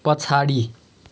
पछाडि